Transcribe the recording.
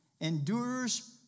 endures